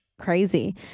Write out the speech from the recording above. crazy